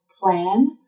plan